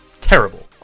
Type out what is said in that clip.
terrible